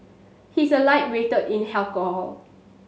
he is a lightweight in alcohol